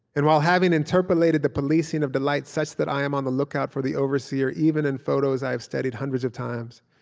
and while having interpolated the policing of delight such that i am on the lookout for the overseer even in photos i have studied hundreds of times,